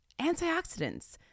Antioxidants